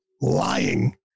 lying